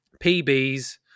PBs